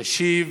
ישיב